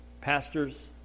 pastors